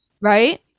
right